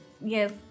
Yes